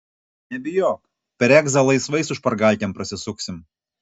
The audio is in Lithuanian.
nebijok per egzą laisvai su špargalkėm prasisuksim